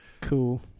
Cool